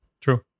True